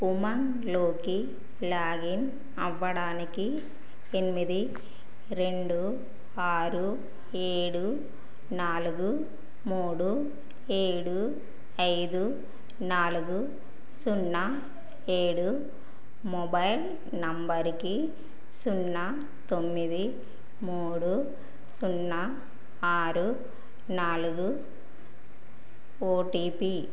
ఉమాంగ్లోకి లాగిన్ అవ్వడానికి ఎనిమిది రెండు ఆరు ఏడు నాలుగు మూడు ఏడు ఐదు నాలుగు సున్నా ఏడు మొబైల్ నంబరుకి సున్నా తొమ్మిది మూడు సున్నా ఆరు నాలుగు ఓటీపీ